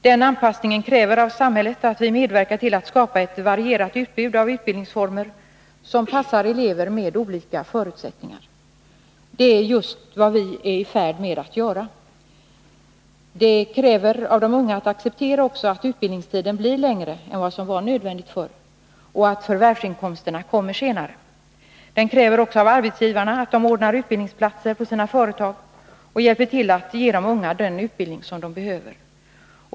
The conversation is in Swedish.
Den anpassningen kräver av samhället att vi medverkar till att skapa ett varierat utbud av utbildningsformer, som passar elever med olika förutsättningar. Det är just vad vi är i färd med att göra. Det krävs också att de unga accepterar att utbildningstiden blir längre än vad som var nödvändigt förr och att förvärvsinkomsterna kommer senare. Det krävs av arbetsgivarna att de ordnar utbildningsplatser på sina företag och hjälper till att ge de unga den utbildning som behövs.